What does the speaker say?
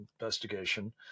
investigation